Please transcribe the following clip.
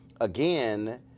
again